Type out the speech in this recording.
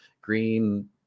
green